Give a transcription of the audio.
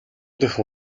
дахь